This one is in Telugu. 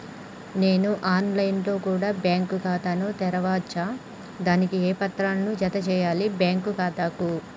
నేను ఆన్ లైన్ లో కూడా బ్యాంకు ఖాతా ను తెరవ వచ్చా? దానికి ఏ పత్రాలను జత చేయాలి బ్యాంకు ఖాతాకు?